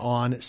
on